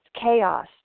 chaos